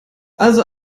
also